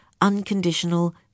unconditional